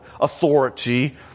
authority